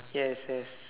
yes yes